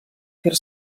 fer